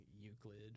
Euclid